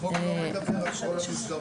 החוק לא מדבר על כל המסגרות,